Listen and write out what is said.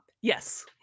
Yes